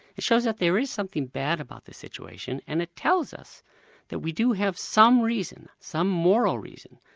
it shows that there is something bad about the situation and it tells us that we do have some reason, some moral reason,